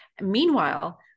Meanwhile